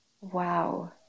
Wow